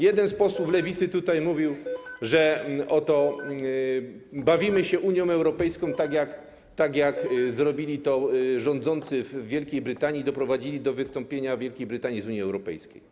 Jeden z posłów Lewicy tutaj mówił, że oto bawimy się Unią Europejską, tak jak zrobili to rządzący w Wielkiej Brytanii, doprowadzili do wystąpienia Wielkiej Brytanii z Unii Europejskiej.